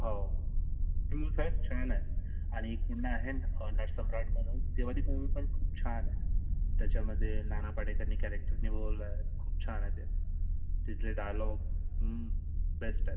हो ही मूव्ही खरंच छान आहे आणि पुन्हा आहे ना नटसम्राट म्हणून ते वाली मूव्ही पण खूप छान आहे त्याच्यामध्ये नाना पाटेकरनी कॅरॅक्टर निभावलं आहे खूप छान आहे ते तिथले डायलॉग बेस्ट आहेत